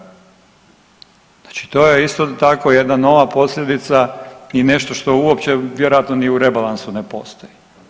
Znači to je isto tako jedna nova posljedica i nešto što uopće vjerojatno ni u rebalansu ne postoji.